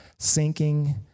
sinking